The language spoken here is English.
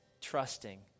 trusting